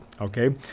okay